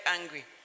angry